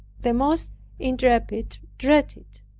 the most intrepid dreaded it